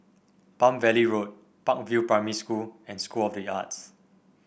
Palm Valley Road Park View Primary School and School of the Arts